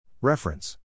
Reference